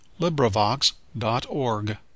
LibriVox.org